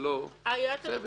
בסדר,